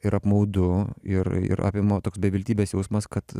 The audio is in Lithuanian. ir apmaudu ir ir apima toks beviltybės jausmas kad